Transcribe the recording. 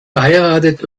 verheiratet